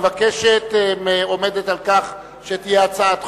המבקשת עומדת על כך שזו תהיה הצעת חוק,